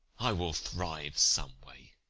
i will thrive some way.